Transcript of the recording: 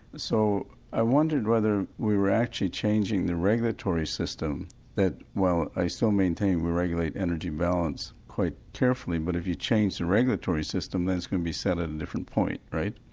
so i wondered whether we were actually changing the regulatory system that well i still maintain we regulate energy balance quite carefully, but if you change the regulatory system that's going to be set at a different point right.